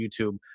YouTube